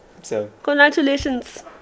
Congratulations